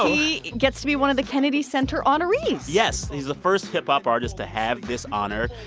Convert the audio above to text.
he gets to be one of the kennedy center honorees yes, he's the first hip-hop artist to have this honor.